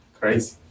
Crazy